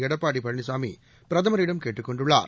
எடப்பாடி பழனிசாமி பிரதமரிடம் கேட்டுக் கொண்டுள்ளார்